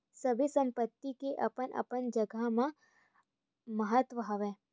सबे संपत्ति के अपन अपन जघा म महत्ता हवय